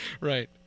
Right